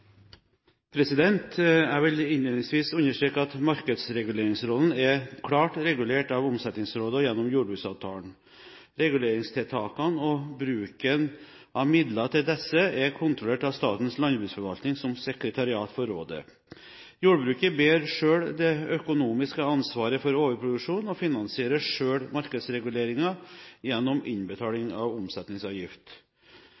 går. Jeg vil innledningsvis understreke at markedsreguleringsrollen er klart regulert av Omsetningsrådet og gjennom jordbruksavtalen. Reguleringstiltakene og bruken av midler til disse er kontrollert av Statens landbruksforvaltning som sekretariat for rådet. Jordbruket bærer selv det økonomiske ansvaret for overproduksjon og finansierer selv markedsreguleringen gjennom